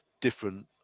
different